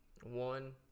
One